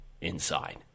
inside